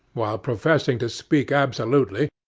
while professing to speak absolutely,